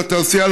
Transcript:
לתעשייה,